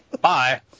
Bye